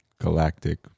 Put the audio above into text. Galactic